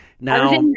now